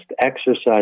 exercise